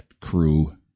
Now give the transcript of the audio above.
crew